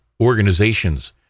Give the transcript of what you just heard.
organizations